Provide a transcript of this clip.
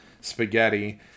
spaghetti